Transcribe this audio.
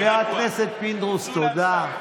חבר הכנסת פינדרוס, תודה.